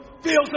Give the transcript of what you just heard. feels